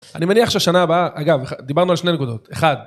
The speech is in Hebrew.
אני מניח שהשנה הבאה, אגב, דיברנו על שני נקודות, אחד.